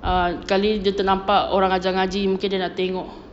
err sekali dia ternampak orang ajar ngaji mungkin dia nak tengok